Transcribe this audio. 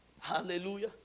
Hallelujah